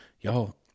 Y'all